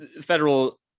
federal